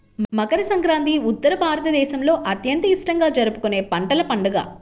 మకర సంక్రాంతి ఉత్తర భారతదేశంలో అత్యంత ఇష్టంగా జరుపుకునే పంటల పండుగ